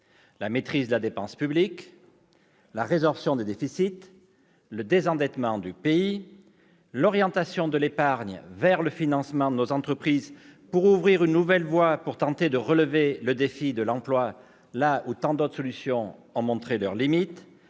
: maîtrise de la dépense publique, résorption des déficits, désendettement du pays, orientation de l'épargne vers le financement de nos entreprises en vue d'ouvrir une nouvelle voie pour tenter de relever le défi de l'emploi quand tant d'autres solutions ont montré leurs limites,